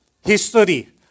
history